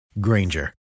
Granger